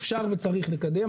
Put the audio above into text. אפשר וצריך לקדם.